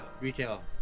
retail